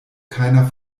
keiner